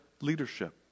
leadership